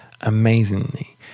amazingly